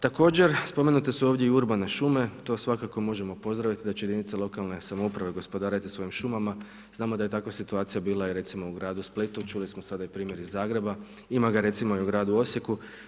Također spomenute su ovdje i urbane šume, to svakako možemo pozdraviti, da će jedinice lokalne samouprave gospodariti svojim šumama, znamo da je takva situacija bila recimo u gradu Splitu, čuli smo sada i primjer iz Zagreba, ima ga recimo i u gradu Osijeku.